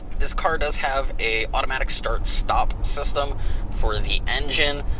this car does have a automatic start stop system for the engine.